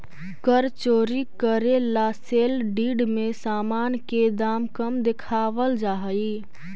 कर चोरी करे ला सेल डीड में सामान के दाम कम देखावल जा हई